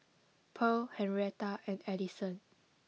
Purl Henretta and Edison